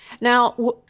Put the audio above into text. Now